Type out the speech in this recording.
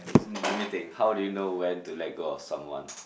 let me think how do you know when to let go of someone